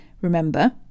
Remember